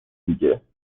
دیگه